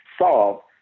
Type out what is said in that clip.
solved